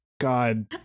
God